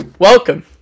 Welcome